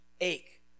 ache